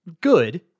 good